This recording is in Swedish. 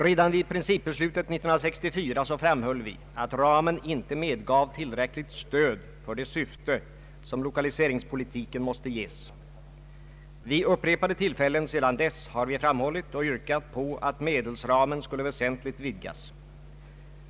Redan vid principbeslutet 1964 framhöll vi att ramen inte medgav tillräckligt stöd för det syfte som lokaliseringspolitiken måste få. Vid upprepade tillfällen sedan dess har vi framhållit och yrkat att medelsramen väsentligt skulle vidgas.